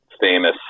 famous